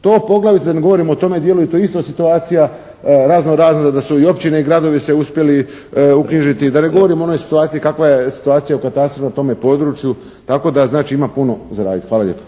To poglavito da ne govorimo o tome dijelu i to je ista situacija razno razna da su i općine i gradovi se uspjeli uknjižiti, da ne govorim o onoj situaciji, kakva je situacija u katastru na tome području. Tako da znači ima puno za raditi. Hvala lijepo.